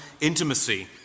intimacy